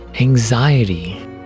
Anxiety